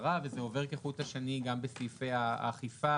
זרה וזה עובד כחוט השני גם בסעיפי האכיפה,